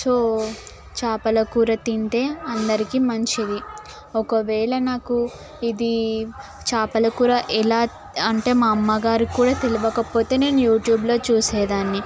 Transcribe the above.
so చేపల కూర తింటే అందరికి మంచిది ఒకవేళ నాకు ఇది చాపల కూర ఎలా అంటే మా అమ్మగారికి కూడా తెలియకపోతే నేను యూట్యూబ్లో చూసే దాన్ని